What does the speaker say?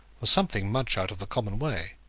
was something much out of the common way.